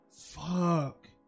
fuck